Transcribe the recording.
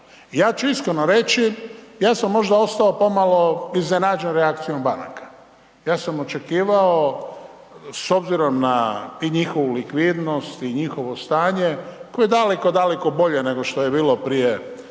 ja ću iskreno reći, ja sam možda ostao pomalo iznenađen reakcijom banaka. Ja sam očekivao, s obzirom na i njihovu likvidnost i njihovo stanje, koje je daleko, daleko bolje nego što je bilo prije